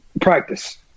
practice